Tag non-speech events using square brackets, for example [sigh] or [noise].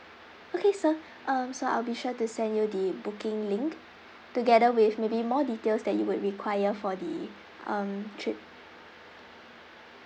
okay sir [breath] um so I'll be sure to send you the booking link together with maybe more details that you would require for the um trip